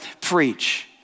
preach